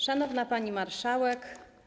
Szanowna Pani Marszałek!